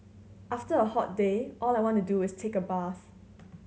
after a hot day all I want to do is take a bath